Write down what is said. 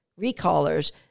Recallers